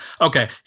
okay